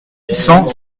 cent